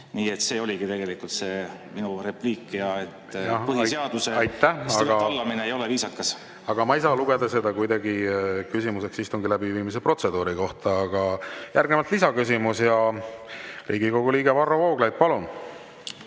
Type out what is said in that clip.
küsida. See oligi tegelikult see minu repliik ja põhiseadusel tallamine ei ole viisakas. Aitäh! Aga ma ei saa lugeda seda kuidagi küsimuseks istungi läbiviimise protseduuri kohta. Järgnevalt lisaküsimus. Riigikogu liige Varro Vooglaid, palun!